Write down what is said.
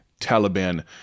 Taliban